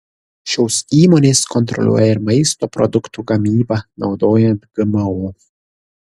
šios įmonės kontroliuoja ir maisto produktų gamybą naudojant gmo